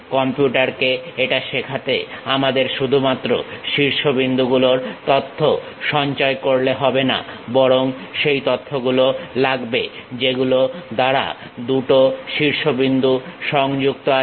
কম্পিউটারকে এটা শেখাতে আমাদের শুধুমাত্র শীর্ষবিন্দুগুলোর তথ্য সঞ্চয় করলে হবে না বরং সেই তথ্যগুলো লাগবে যেগুলো দ্বারা দুটো শীর্ষবিন্দু সংযুক্ত আছে